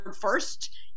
first